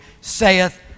saith